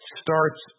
starts